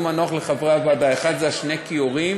מנוח לחברי הוועדה: האחד זה שני כיורים,